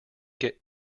get